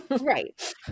right